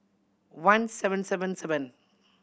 one seven seven seven